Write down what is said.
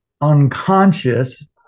unconscious